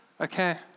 Okay